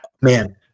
man